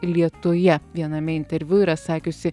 lietuje viename interviu yra sakiusi